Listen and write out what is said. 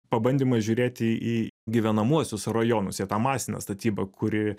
pabandymai žiūrėti į gyvenamuosius rajonus į tą masinę statybą kuri